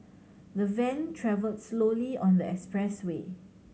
the van travels slowly on the expressway